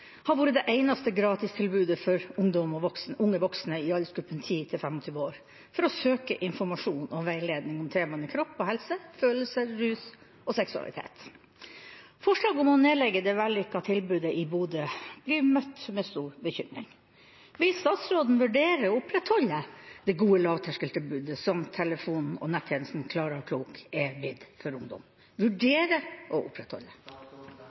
søke informasjon og veiledning om temaene kropp og helse, følelser, rus og seksualitet. Forslaget om å nedlegge det vellykkede tilbudet i Bodø blir møtt med stor bekymring. Vil statsråden vurdere å opprettholde det gode lavterskeltilbudet som telefon- og nettjenesten Klara Klok er blitt for ungdom?» Det er bred politisk enighet om viktigheten av å